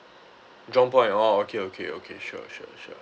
jurong point orh okay okay okay sure sure sure